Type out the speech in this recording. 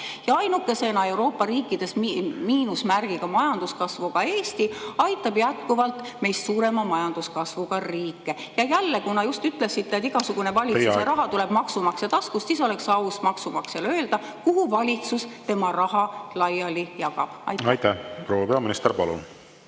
Ja ainukesena Euroopa riikidest miinusmärgiga majanduskasvuga Eesti aitab jätkuvalt meist suurema majanduskasvuga riike. Ja jälle, kuna te just ütlesite, et igasugune … Teie aeg! Teie aeg! … valitsuse raha tuleb maksumaksja taskust, siis oleks aus maksumaksjale öelda, kuhu valitsus tema raha laiali jagab. … valitsuse raha